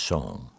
Song